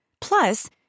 Plus